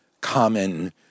common